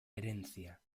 herencia